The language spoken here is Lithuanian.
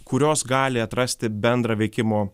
kurios gali atrasti bendrą veikimo